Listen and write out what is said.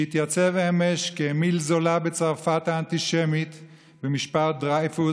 שהתייצב אמש כאמיל זולא בצרפת האנטישמית במשפט דרייפוס.